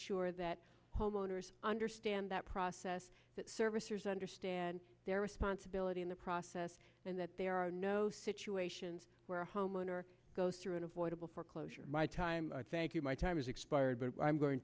sure that homeowners understand that process that servicers understand their responsibility in the process and that there are no situations where a homeowner go through an avoidable foreclosure my time thank you my time is expired but i'm going